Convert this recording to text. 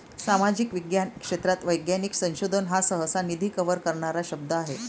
सामाजिक विज्ञान क्षेत्रात वैज्ञानिक संशोधन हा सहसा, निधी कव्हर करणारा शब्द आहे